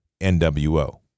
NWO